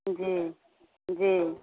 जी जी